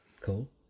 Cool